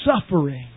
suffering